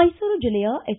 ಮೈಸೂರು ಜಿಲ್ಲೆಯ ಎಚ್